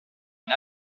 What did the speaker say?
une